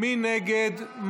מי נגד?